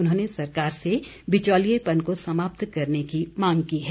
उन्होंने सरकार से बिचौलिएपन को समाप्त करने की मांग की है